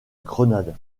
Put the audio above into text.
grenade